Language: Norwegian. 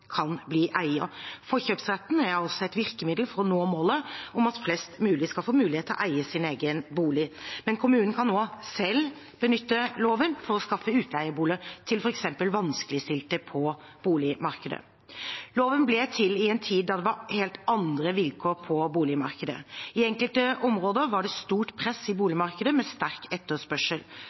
å nå målet om at flest mulig skal få mulighet til å eie sin egen bolig. Men kommunen kan også selv benytte loven for å skaffe utleieboliger til f.eks. vanskeligstilte på boligmarkedet. Loven ble til i en tid da det var helt andre vilkår på boligmarkedet. I enkelte områder var det stort press i boligmarkedet med sterk etterspørsel.